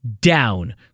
down